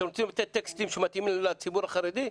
אתם רוצים לתת טקסטים שמתאימים לציבור החרדי,